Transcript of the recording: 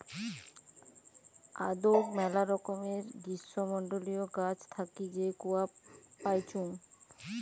আদৌক মেলা রকমের গ্রীষ্মমন্ডলীয় গাছ থাকি যে কূয়া পাইচুঙ